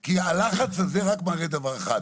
כי הלחץ הזה רק מראה דבר אחד,